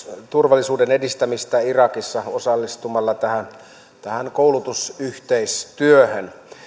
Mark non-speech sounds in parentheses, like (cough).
(unintelligible) turvallisuuden edistämistä irakissa osallistumalla tähän tähän koulutusyhteistyöhön